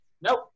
nope